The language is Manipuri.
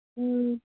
ꯎꯝ